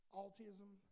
autism